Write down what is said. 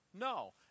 No